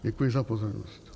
Děkuji za pozornost.